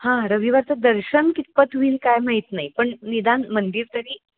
हां रविवारचं दर्शन कितपत होईल काय माहीत नाही पण निदान मंदिर तरी